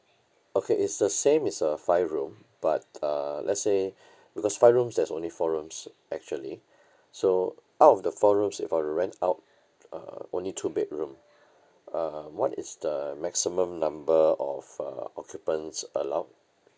okay it's the same it's uh five room but uh let's say because five rooms there's only four rooms actually so out of the four rooms if I rent out uh only two bedroom uh what is the maximum number of uh occupants allowed